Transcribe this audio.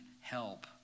help